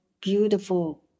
beautiful